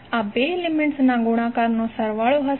આ 2 એલિમેન્ટ્સના ગુણાકારનો સરવાળો હશે